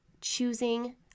choosing